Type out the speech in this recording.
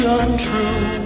untrue